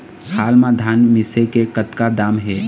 हाल मा धान मिसे के कतका दाम हे?